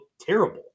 terrible